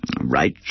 Right